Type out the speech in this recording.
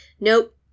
Nope